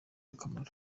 akamaro